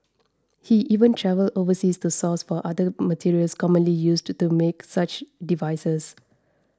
he even travelled overseas to source for other materials commonly used to make such devices